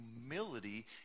humility